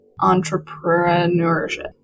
entrepreneurship